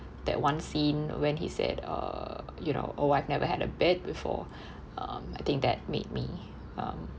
that one scene when he said uh you know oh I've never had a bed before um I think that made me um